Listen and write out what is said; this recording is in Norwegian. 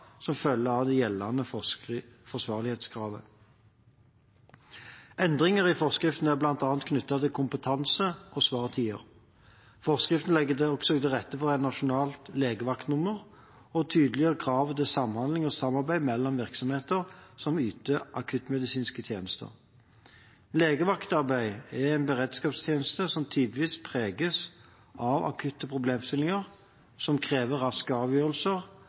som følger av det gjeldende forsvarlighetskravet. Endringer i forskriften er bl.a. knyttet til kompetanse og svartider. Forskriften legger også til rette for et nasjonalt legevaktnummer og tydeliggjør kravet til samhandling og samarbeid mellom virksomheter som yter akuttmedisinske tjenester. Legevaktarbeid er en beredskapstjeneste som tidvis preges av akutte problemstillinger som krever raske avgjørelser,